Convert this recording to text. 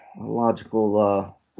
logical